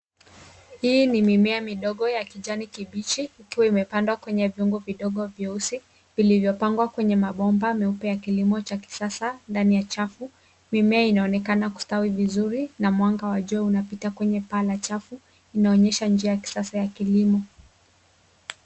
Hii ni mimea midogo ya kijani kibichi ikiwa imepandwa kwenye viungo vidogo vyeusi vilivyopangwa kwenye mabomba meupe ya kilimo cha kisasa ndani ya chafu ,mimea inaonekana kustawi vizuri na mwanga wa joe unapita kwenye paa la chafu inaonyesha njia ya kisasa ya kilimo.